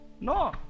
No